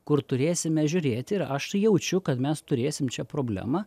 kur turėsime žiūrėti ir aš jaučiu kad mes turėsim čia problemą